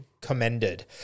Commended